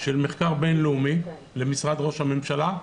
של מחקר בינלאומי למשרד ראש הממשלה,